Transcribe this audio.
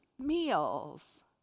meals